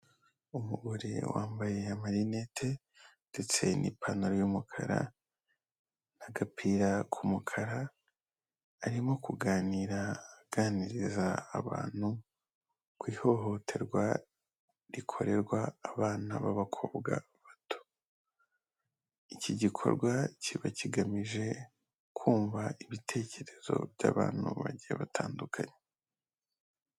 Umugore wambaye amarinete ndetse n'ipantaro y'umukara n'agapira k'umukara, arimo kuganira aganiriza abantu ku ihohoterwa rikorerwa abana b'abakobwa bato. Iki gikorwa kiba kigamije kumva ibitekerezo by'abantu bagiye batandukanye.